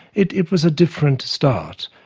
it it was a different start.